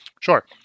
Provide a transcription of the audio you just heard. Sure